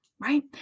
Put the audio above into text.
right